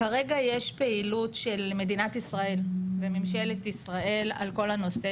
כרגע יש פעילות של מדינת ישראל וממשלת ישראל על כל הנושא